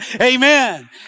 amen